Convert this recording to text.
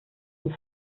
die